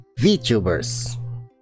VTubers